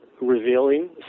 revealing